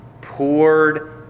poured